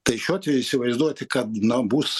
tai šiuo atveju įsivaizduoti kad na bus